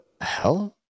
hell